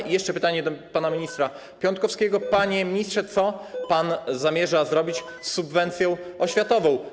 I jeszcze pytanie do pana ministra Piontkowskiego: Panie ministrze, co pan zamierza zrobić z subwencją oświatową?